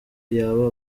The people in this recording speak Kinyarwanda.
yaba